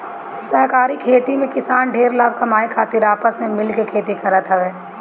सहकारी खेती में किसान ढेर लाभ कमाए खातिर आपस में मिल के खेती करत हवे